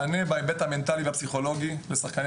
צריך להיות מענה בהיבט המנטלי והפסיכולוגי לשחקני